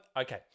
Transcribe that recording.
Okay